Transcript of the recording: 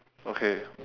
okay